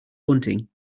bunting